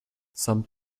some